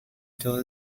till